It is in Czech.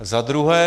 Za druhé.